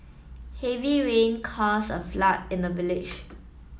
heavy rain cause a flood in the village